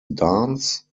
dance